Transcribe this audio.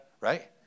right